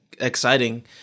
exciting